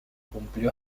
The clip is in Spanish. cumplió